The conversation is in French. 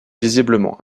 visiblement